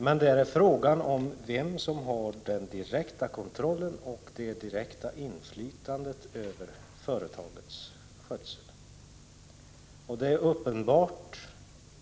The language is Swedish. Men frågan gäller vem som har den direkta kontrollen och det direkta inflytandet över företagets skötsel.